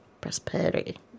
prosperity